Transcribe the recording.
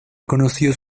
conoció